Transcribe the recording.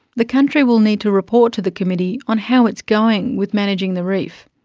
the country will need to report to the committee on how it's going with managing the reef.